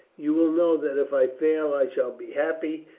you will know that if i fall i shall be happy,